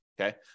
okay